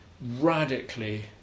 radically